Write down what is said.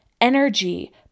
energy